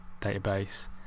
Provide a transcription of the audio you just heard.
database